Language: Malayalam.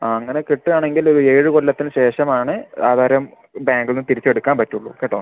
ആ അങ്ങനെ കെട്ടുകയാണെങ്കിൽ ഒരു ഏഴ് കൊല്ലത്തിന് ശേഷം ആണ് ആധാരം ബാങ്കിൽനിന്ന് തിരിച്ച് എടുക്കാൻ പറ്റുകയുള്ളൂ കേട്ടോ